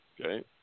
okay